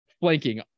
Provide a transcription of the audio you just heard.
flanking